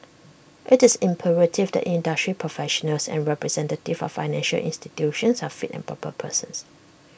IT is imperative that industry professionals and representatives of financial institutions are fit and proper persons